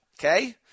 Okay